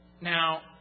Now